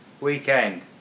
weekend